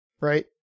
right